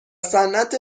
صنعت